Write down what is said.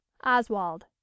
Oswald